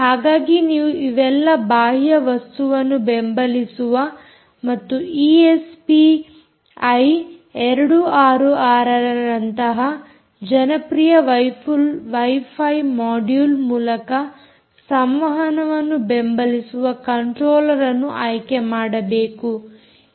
ಹಾಗಾಗಿ ನೀವು ಇವೆಲ್ಲಾ ಬಾಹ್ಯ ವಸ್ತುವನ್ನು ಬೆಂಬಲಿಸುವ ಮತ್ತು ಈಎಸ್ಪಿ ಐ266 ನಂತಹ ಜನಪ್ರಿಯ ವೈಫೈ ಮೊಡ್ಯುಲ್ ಮೂಲಕ ಸಂವಹನವನ್ನು ಬೆಂಬಲಿಸುವ ಕಂಟ್ರೋಲ್ಲರ್ ಅನ್ನು ಆಯ್ಕೆ ಮಾಡಬೇಕು